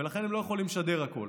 ולכן הם לא יכולים לשדר הכול,